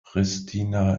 pristina